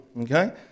okay